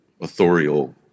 authorial